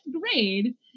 grade